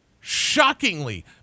shockingly